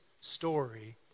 story